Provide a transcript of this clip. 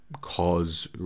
cause